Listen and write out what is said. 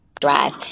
drive